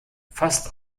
fast